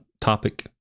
topic